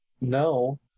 no